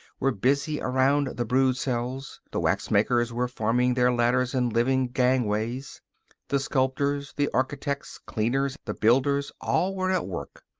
were busy around the broodcells the wax-makers were forming their ladders and living gangways the sculptors, the architects, cleaners, the builders, all were at work,